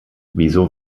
wieso